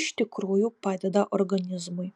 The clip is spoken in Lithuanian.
iš tikrųjų padeda organizmui